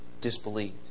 disbelieved